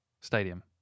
stadium